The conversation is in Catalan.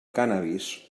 cànnabis